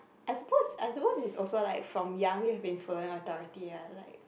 I suppose I suppose is also like from young you have been following authority ah like